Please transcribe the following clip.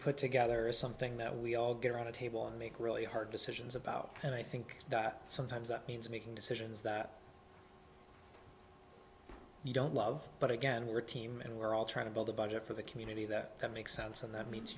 put together is something that we all get around a table and make really hard decisions about and i think sometimes that means making decisions that you don't love but again we're team and we're all trying to build a budget for the community that makes sense and that me